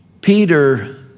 Peter